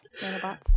nanobots